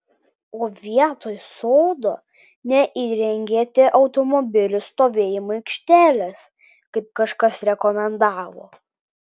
o vietoj sodo neįrengėte automobilių stovėjimo aikštelės kaip kažkas rekomendavo